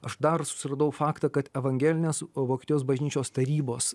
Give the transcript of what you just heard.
aš dar susiradau faktą kad evangelinės vokietijos bažnyčios tarybos